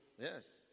yes